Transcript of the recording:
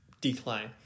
decline